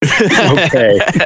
Okay